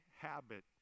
habit